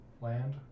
land